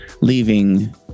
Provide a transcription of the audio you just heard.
leaving